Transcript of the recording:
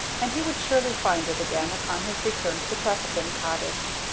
and he would surely find it again upon his return to the trefethen cottage.